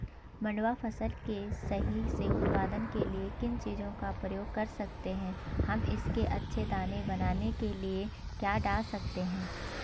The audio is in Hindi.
मंडुवा फसल के सही से उत्पादन के लिए किन चीज़ों का प्रयोग कर सकते हैं हम इसके अच्छे दाने बनाने के लिए क्या डाल सकते हैं?